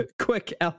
quick